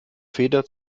feder